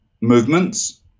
movements